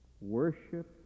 worship